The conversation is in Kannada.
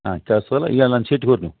ಹಾಂ ಕೇಳಿಸ್ತಿದೆಲ್ಲ ಈಗ ಅಲ್ಲಿ ಒಂದು ಶೀಟಿಗ್ಹೋರಿ ನೀವು